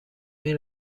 این